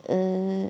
uh